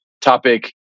topic